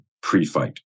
pre-fight